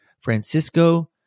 Francisco